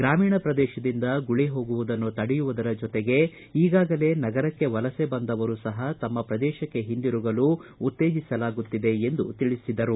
ಗ್ರಾಮೀಣ ಪ್ರದೇಶದಿಂದ ಗುಳೆ ಹೋಗುವುದನ್ನು ತಡೆಯುವುದರ ಜೊತೆಗೆ ಈಗಾಗಲೇ ನಗರಕ್ಕೆ ವಲಸೆ ಬಂದರು ಸಹ ತಮ್ನ ಪ್ರದೇಶಕ್ಕೆ ಹಿಂದಿರುಗಲು ಉತ್ತೇಜಿಸಲಾಗುತ್ತಿದೆ ಎಂದು ತಿಳಿಸಿದರು